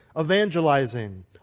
evangelizing